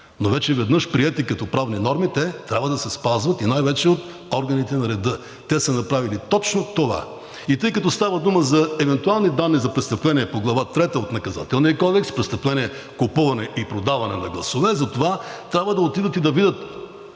но веднъж приети като правни норми, те трябва да се спазват, и то най-вече от органите на реда. Те са направили точно това. Тъй като става дума за евентуални данни за престъпление по Глава трета от Наказателния кодекс – престъпление „Купуване и продаване на гласове“, затова трябва да отидат и да видят,